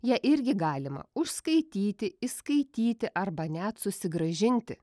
ją irgi galima užskaityti įskaityti arba net susigrąžinti